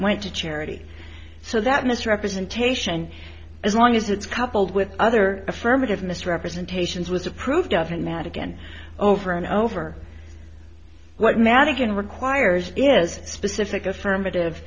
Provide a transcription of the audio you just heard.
went to charity so that misrepresentation as long as it's coupled with other affirmative misrepresentations was approved of and mad again over and over what madigan requires is specific affirmative